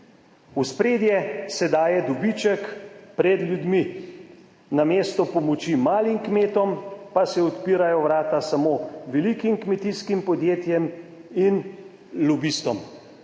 V ospredje se daje dobiček pred ljudmi, namesto pomoči malim kmetom pa se odpirajo vrata samo velikim kmetijskim podjetjem in lobistom.